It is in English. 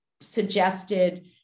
suggested